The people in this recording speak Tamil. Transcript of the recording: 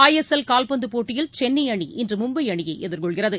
ஐஎஸ்எல் கால்பந்து போட்டியில் சென்னை அணி இன்று மும்பை அணியை எதிர்கொள்கிறது